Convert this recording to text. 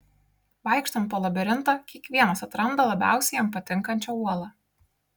vaikštant po labirintą kiekvienas atranda labiausiai jam patinkančią uolą